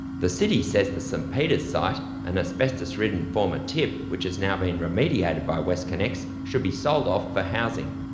the city says the st peters site, an asbestos-ridden former tip which has now been remediated by westconnex, should be sold off for housing.